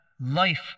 life